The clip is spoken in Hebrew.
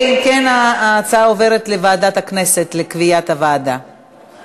חברת הכנסת יעל כהן-פארן